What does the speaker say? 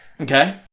Okay